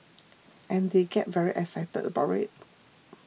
and they get very excited about it